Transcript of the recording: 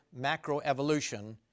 Macroevolution